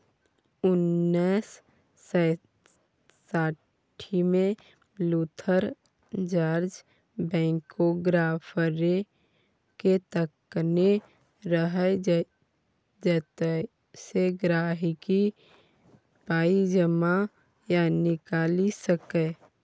उन्नैस सय साठिमे लुथर जार्ज बैंकोग्राफकेँ तकने रहय जतयसँ गांहिकी पाइ जमा या निकालि सकै